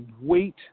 weight